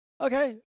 okay